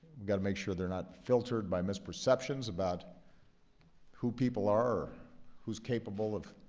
we've got to make sure they're not filtered by misperceptions about who people are or who's capable of